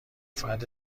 فرد